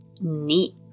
Neat